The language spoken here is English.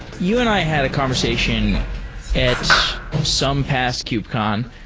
you and i had a conversation at some past kubcon.